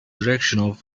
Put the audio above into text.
direction